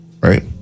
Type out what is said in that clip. Right